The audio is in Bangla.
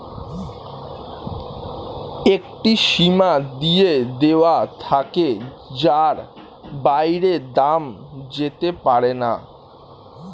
একটি সীমা দিয়ে দেওয়া থাকে যার বাইরে দাম যেতে পারেনা